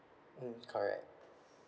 mm correct